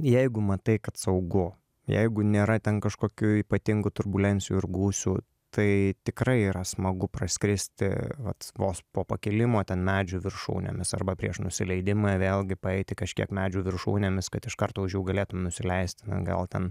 jeigu matai kad saugu jeigu nėra ten kažkokių ypatingų turbulencijų ir gūsių tai tikrai yra smagu praskristi vat vos po pakilimo ten medžių viršūnėmis arba prieš nusileidimą vėlgi paeiti kažkiek medžių viršūnėmis kad iš karto už jų galėtum nusileisti na gal ten